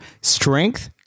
Strength